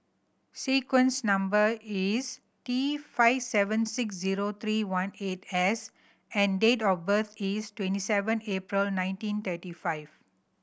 number sequence is T five seven six zero three one eight S and date of birth is twenty seven April nineteen thirty five